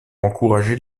encourager